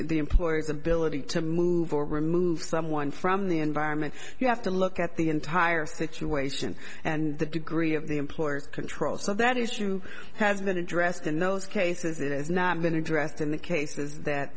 the employees ability to move or remove someone from the environment you have to look at the entire situation and the degree of the employer's control so that is true has been addressed in those cases it has not been addressed in the cases that